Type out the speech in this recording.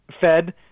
Fed